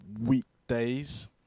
weekdays